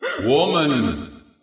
Woman